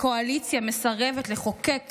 הקואליציה מסרבת לחוקק